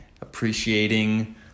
appreciating